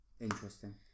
Interesting